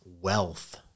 wealth